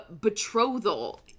betrothal